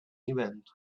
event